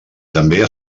també